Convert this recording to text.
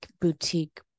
boutique